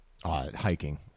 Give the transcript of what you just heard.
Hiking